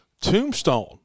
Tombstone